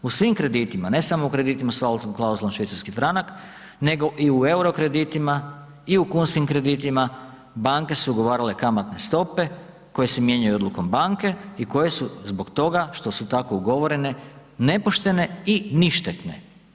U svim kreditima, ne samo u kreditima s valutnom klauzulom CHF, nego i u EURO kreditima i u kunskim kreditima, banke su ugovarale kamatne stope koje se mijenjaju odlukom banke i koje su zbog toga što su tako ugovorene nepoštene i ništetne.